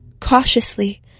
Cautiously